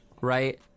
right